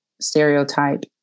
stereotype